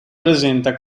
presenta